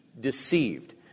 deceived